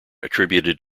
attributed